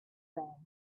there